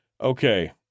Okay